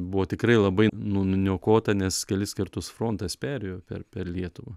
buvo tikrai labai nu nuniokota nes kelis kartus frontas perėjo per per lietuvą